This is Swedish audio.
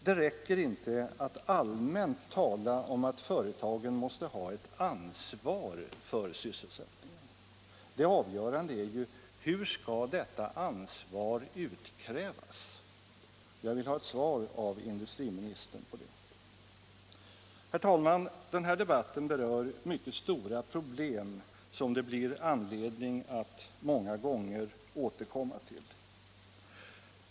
Det räcker inte att allmänt tala om att företagen måste ha ett ansvar för sysselsättningen. Det avgörande är ju: Hur skall detta ansvar utkrävas? Jag vill ha ett svar av industriministern på det. Herr talman! Den här debatten berör mycket stora problem, som det blir anledning att många gånger återkomma till.